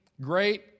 great